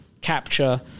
capture